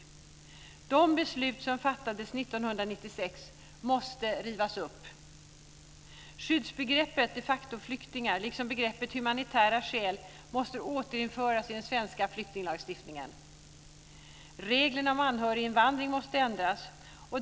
De beslut som fattades 1996 måste rivas upp! Skyddsbegreppet de facto-flyktingar liksom begreppet humanitära skäl måste återinföras i den svenska flyktinglagstiftningen. Reglerna om anhöriginvandring måste ändras.